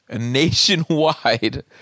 nationwide